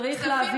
צריך להביא